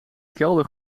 kelder